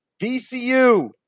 VCU